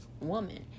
woman